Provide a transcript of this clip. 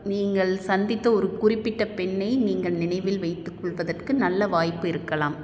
நீங்கள் சந்தித்த ஒரு குறிப்பிட்ட பெண்ணை நீங்கள் நினைவில் வைத்துக் கொள்வதற்கு நல்ல வாய்ப்பு இருக்கலாம்